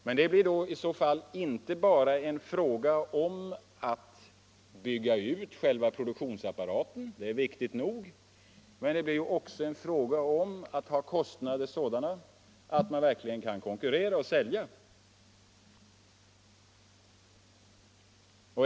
Men det blir i så fall inte bara en fråga om att bygga ut själva produktionsapparaten — det är viktigt nog — utan också en fråga om att ha sådana kostnader att man verkligen kan konkurrera och sälja.